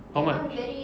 how much